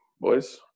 boys